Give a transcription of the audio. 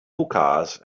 hookahs